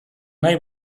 nahi